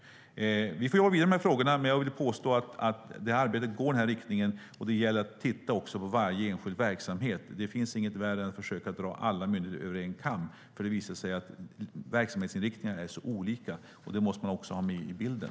Vi får hålla i dessa frågor, men jag vill påstå att arbetet går i den riktningen. Det gäller att också titta på varje enskild verksamhet. Det finns inget värre än att försöka dra alla myndigheter över en kam, för det visar sig att verksamhetsinriktningarna är så olika. Det måste man också ha med i bilden.